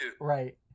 right